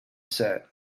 said